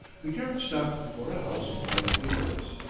the carriage stopped before a house with lighted windows.